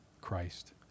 christ